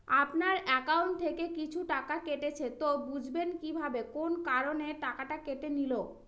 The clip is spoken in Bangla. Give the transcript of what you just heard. আপনার একাউন্ট থেকে কিছু টাকা কেটেছে তো বুঝবেন কিভাবে কোন কারণে টাকাটা কেটে নিল?